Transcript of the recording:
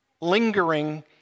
lingering